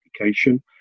application